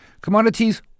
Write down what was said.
Commodities